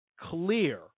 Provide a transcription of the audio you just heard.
clear